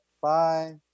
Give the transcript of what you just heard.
Bye